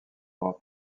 droits